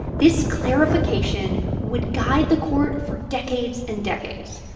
this clarification would guide the court for decades and decades.